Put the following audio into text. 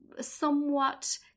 somewhat